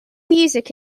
music